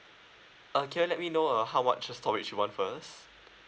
uh can you let me know uh how much storage you want first